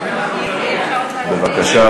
בבקשה.